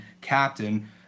Captain